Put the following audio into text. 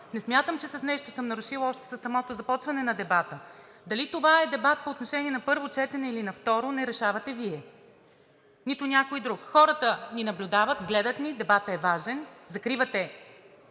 Не смятам, че с нещо съм нарушила още със самото започване на дебата. Дали това е дебат по отношение на първо четене, или на второ – не решавате Вие, нито някой друг. Хората ни наблюдават, гледат ни. Дебатът е важен! Закривате